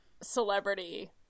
celebrity